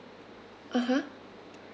(uh huh)